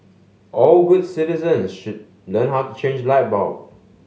all good citizens should learn how to change light bulb